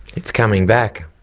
it's coming back.